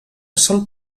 sol